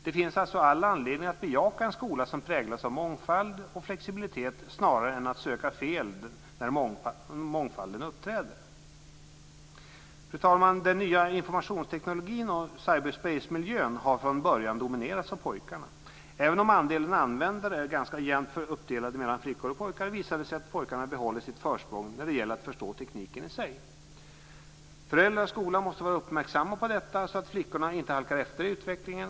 Det finns alltså all anledning att bejaka en skola som präglas av mångfald och flexibilitet snarare än att söka fel när mångfalden uppträder. Fru talman! Den nya informationstekniken och cyberspacemiljön har från början dominerats av pojkarna. Även om andelen användare är ganska jämnt uppdelad mellan flickor och pojkar visar det sig att pojkarna behåller sitt försprång när det gäller att förstå tekniken i sig. Föräldrar och skola måste vara uppmärksamma på detta så att flickorna inte halkar efter i utvecklingen.